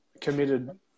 committed